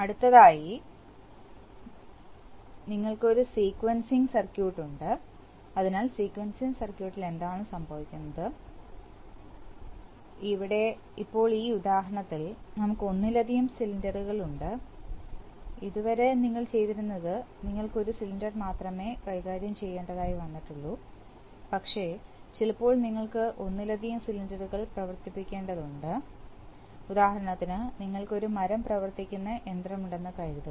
അടുത്തതായി ഞങ്ങൾക്ക് ഒരു സീക്വൻസിംഗ് സർക്യൂട്ട് ഉണ്ട് അതിനാൽ സീക്വൻസിംഗ് സർക്യൂട്ടിൽ എന്താണ് സംഭവിക്കുന്നത് ഇവിടെ ഇപ്പോൾ ഈ ഉദാഹരണത്തിൽ നമുക്ക് ഒന്നിലധികം സിലിണ്ടറുകളുണ്ട് ഇതുവരെ നിങ്ങൾ ചെയ്തിരുന്നത് നിങ്ങൾക്ക് ഒരു സിലിണ്ടർ മാത്രമേ കൈകാര്യം ചെയ്യേണ്ടതായി വന്നിട്ടുള്ളൂ പക്ഷേ ചിലപ്പോൾ നിങ്ങൾക്ക് ഒന്നിലധികം സിലിണ്ടറുകൾ പ്രവർത്തിപ്പിക്കേണ്ടതുണ്ട് ഉദാഹരണത്തിന് നിങ്ങൾക്ക് ഒരു മരം പ്രവർത്തിക്കുന്ന യന്ത്രമുണ്ടെന്ന് കരുതുക